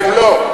אתם לא.